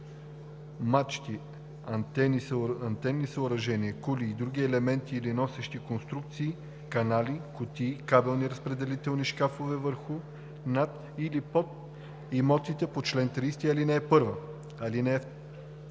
мачти, антенни съоръжения, кули и други елементи или носещи конструкции, канали, кутии, кабелни разпределителни шкафове върху, над или под имотите по чл. 30, ал. 1. (2) Задължението